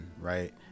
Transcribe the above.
right